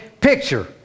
picture